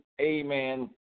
amen